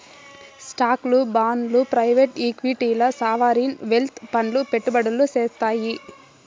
స్టాక్లు, బాండ్లు ప్రైవేట్ ఈక్విటీల్ల సావరీన్ వెల్త్ ఫండ్లు పెట్టుబడులు సేత్తాయి